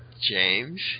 James